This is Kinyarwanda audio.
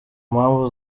mpamvu